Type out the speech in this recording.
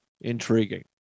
Intriguing